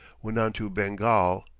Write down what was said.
went on to bengal,